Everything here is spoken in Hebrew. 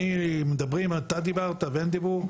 אני, מדברים, אתה דיברת והם דיברו.